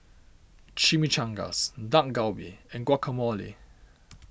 Chimichangas Dak Galbi and Guacamole